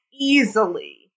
easily